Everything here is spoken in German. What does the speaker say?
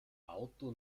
auto